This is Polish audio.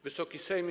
Wysoki Sejmie!